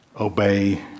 obey